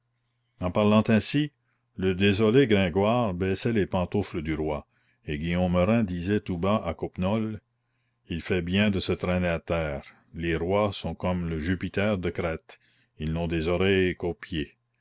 en parlant ainsi le désolé gringoire baisait les pantoufles du roi et guillaume rym disait tout bas à coppenole il fait bien de se traîner à terre les rois sont comme le jupiter de crète ils n'ont des oreilles qu'aux pieds